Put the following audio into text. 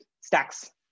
stacks